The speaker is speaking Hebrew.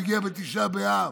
הוא הגיע בתשעה באב,